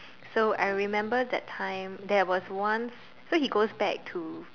so I remember that time there was once so he goes back to